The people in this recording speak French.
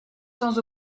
sans